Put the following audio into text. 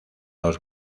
los